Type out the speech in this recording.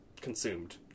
consumed